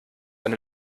ein